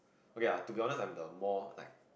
okay lah to be honest I am the more like